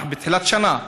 אנחנו בתחילת שנה,